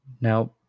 Now